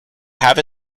have